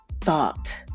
thought